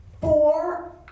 four